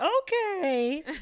okay